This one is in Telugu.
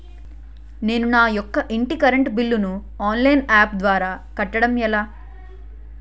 నేను నా యెక్క ఇంటి కరెంట్ బిల్ ను ఆన్లైన్ యాప్ ద్వారా కట్టడం ఎలా?